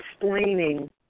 explaining